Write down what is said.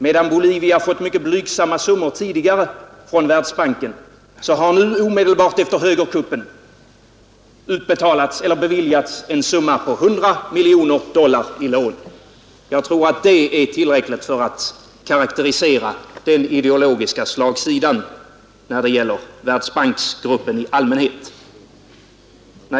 Medan Bolivia tidigare fått mycket blygsamma summor från Världsbanken, har nu omedelbart efter högerkuppen beviljats en summa på 100 miljoner dollar i lån. Jag tror att det är tillräckligt för att karakterisera den ideologiska slagsidan hos Världsbanksgruppen i allmänhet.